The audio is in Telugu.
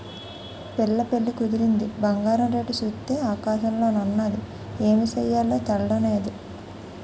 పిల్ల పెళ్లి కుదిరింది బంగారం రేటు సూత్తే ఆకాశంలోన ఉన్నాది ఏమి సెయ్యాలో తెల్డం నేదు